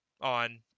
on